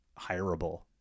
hireable